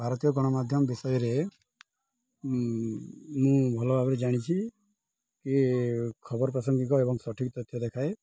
ଭାରତୀୟ ଗଣମାଧ୍ୟମ ବିଷୟରେ ମୁଁ ଭଲ ଭାବରେ ଜାଣିଛି କି ଖବର ପ୍ରାସଙ୍ଗିକ ଏବଂ ସଠିକ୍ ତଥ୍ୟ ଦେଖାଏ